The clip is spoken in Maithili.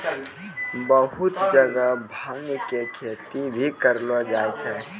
बहुत जगह भांग के खेती भी करलो जाय छै